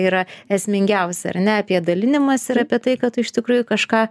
yra esmingiausia ar ne apie dalinimąsi ir apie tai kad iš tikrųjų kažką